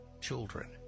children